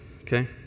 okay